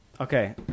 Okay